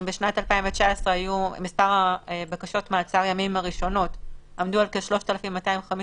אם בשנת 2019 מספר בקשות מעצר ימים הראשונות עמדו על כ-3,250,